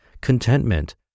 contentment